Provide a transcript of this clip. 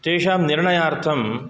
तेषां निर्णयार्थं